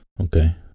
Okay